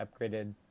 upgraded